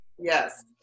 Yes